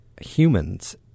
humans